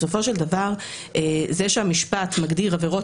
בסופו של דבר זה שהמשפט מגדיר עבירות